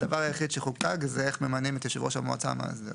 הדבר היחיד שחוקק זה איך ממנים את יושב ראש המועצה המאסדרת.